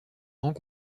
grands